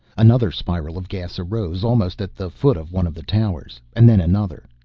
another spiral of gas arose almost at the foot of one of the towers and then another.